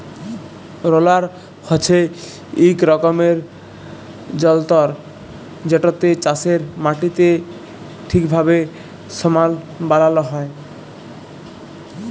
roller হছে ইক রকমের যল্তর যেটতে চাষের মাটিকে ঠিকভাবে সমাল বালাল হ্যয়